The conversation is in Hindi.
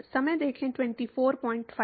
हम्म